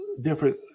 different